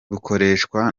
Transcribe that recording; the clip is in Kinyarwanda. bukoreshwa